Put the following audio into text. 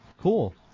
Cool